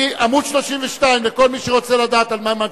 עמוד 32, לכל מי שרוצה לדעת על מה מצביעים.